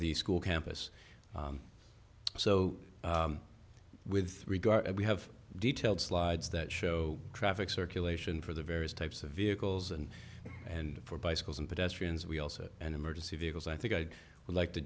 the school campus so with regard we have detailed slides that show traffic circulation for the various types of vehicles and and for bicycles and pedestrians we also and emergency vehicles i think i would like to